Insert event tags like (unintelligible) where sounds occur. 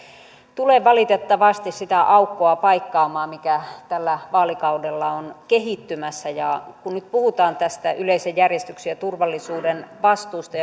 tule valitettavasti sitä aukkoa paikkaamaan mikä tällä vaalikaudella on kehittymässä kun nyt puhutaan tästä yleisen järjestyksen ja turvallisuuden vastuusta (unintelligible)